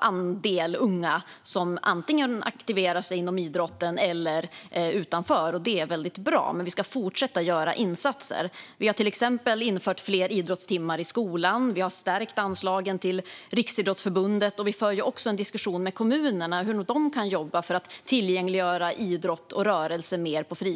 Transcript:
andel unga som antingen aktiverar sig inom idrotten eller utanför, och det är väldigt bra - men vi ska fortsätta göra insatser. Vi har till exempel infört fler idrottstimmar i skolan och stärkt anslagen till Riksidrottsförbundet, och vi för även en diskussion med kommunerna om hur de kan jobba för att tillgängliggöra idrott och rörelse mer på fritiden.